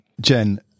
Jen